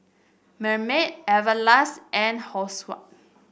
Marmite Everlast and